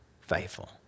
faithful